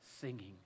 singing